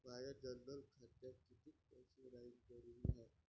माया जनधन खात्यात कितीक पैसे रायन जरुरी हाय?